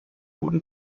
guten